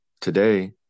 today